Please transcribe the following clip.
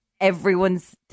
Everyone's